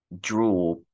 draw